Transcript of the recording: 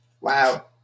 Wow